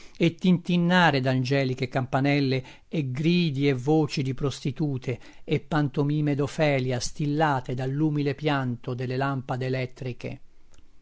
e tintinnare d'angeliche campanelle e gridi e voci di prostitute e pantomime d'ofelia stillate dall'umile pianto delle lampade elettriche